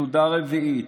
נקודה רביעית,